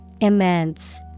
Immense